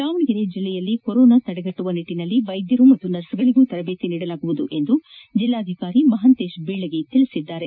ದಾವಣಗೆರೆ ಜಲ್ಲೆಯಲ್ಲಿ ಕೊರೊನಾ ತಡೆಗಟ್ಟುವ ನಿಟ್ಟನಲ್ಲಿ ವೈದ್ದರು ಹಾಗೂ ನರ್ಸ್ಗಳಗೂ ತರಜೇತಿ ನೀಡಲಾಗುವುದು ಎಂದು ಜಲ್ಲಾಧಿಕಾರಿ ಮಹಾಂತೇಶ ಬೀಳಗಿ ತಿಳಿಸಿದ್ದಾರೆ